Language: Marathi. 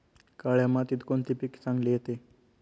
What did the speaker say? काळ्या मातीत कोणते पीक चांगले येते?